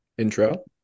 intro